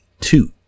two